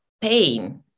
pain